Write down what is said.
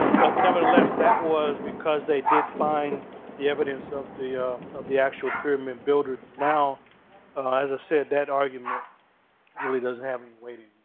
but nevertheless, that was because they did find the evidence of the of the actual pyramid builders. now, as i said, that argument really doesn't have any weight and